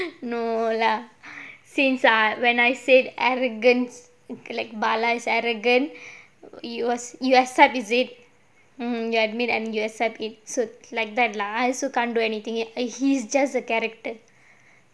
no lah since err when I said arrogance correct bala is arrogant you accept is it mm you admit and you accept it so like that lah I also can't do anything and he's just a character